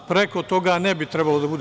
Preko toga ne bi trebalo da bude.